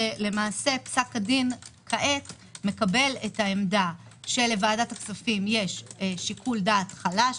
שפסק הדין כעת מקבל את העמדה שלוועדת הכספים יש שיקול דעת חלש,